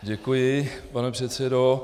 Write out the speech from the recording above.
Děkuji, pane předsedo.